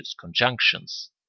conjunctions